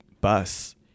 bus